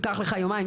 קח לך יומיים,